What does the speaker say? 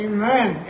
Amen